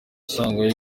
asanga